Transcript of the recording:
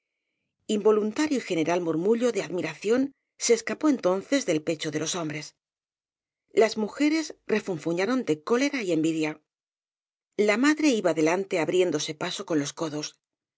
y general murmullo de admiración se escapó en tonces del pecho de los hombres las mujeres re funfuñaron de cólera y envidia la madre iba de lante abriéndose paso con los codos